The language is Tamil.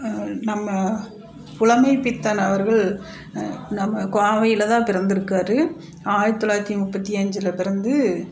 நம்ம புலமைப்பித்தன் அவர்கள் நம்ம கோவையில் தான் பிறந்திருக்கார் ஆயிரத்தி தொள்ளாயிரத்தி முப்பத்தி அஞ்சில் பிறந்து